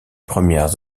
premières